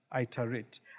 iterate